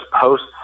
posts